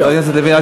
חבר הכנסת לוין,